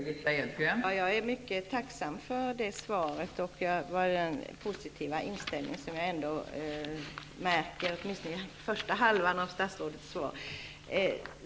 Fru talman! Jag är mycket tacksam för det svaret och för den positiva inställning som jag märker, åtminstone i den första delen av statsrådets svar.